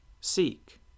Seek